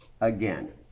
again